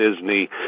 Disney